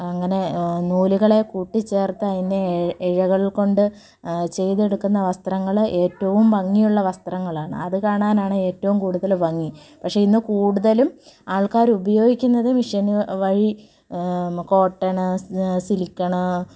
അങ്ങനെ നൂലുകളെ കൂട്ടിച്ചേർത്ത് അതിന് എഴകൾ കൊണ്ട് ചെയ്തെടുക്കുന്ന വസ്ത്രങ്ങൾ ഏറ്റവും ഭംഗിയുള്ള വസ്ത്രങ്ങളാണ് അത് കാണാനാണ് ഏറ്റവും കൂടുതൽ ഭംഗി പക്ഷേ ഇന്ന് കൂടുതലും ആൾക്കാർ ഉപയോഗിക്കുന്നത് മെഷീന് വഴി കോട്ടണ് സില്ക്കണ്